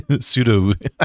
pseudo